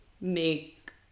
make